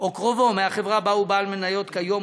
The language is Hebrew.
או קרובו מהחברה שבה הוא בעל מניות כיום,